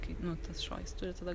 kai nu tas šuo jis turi tada